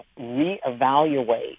reevaluate